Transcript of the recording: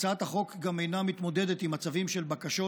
הצעת החוק גם אינה מתמודדת עם מצבים של בקשות